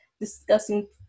discussing